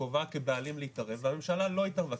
בכובעה כבעלים להתערב והממשלה לא התערבה,